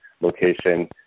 location